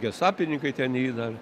gestapininkai ten jį dar